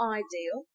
ideal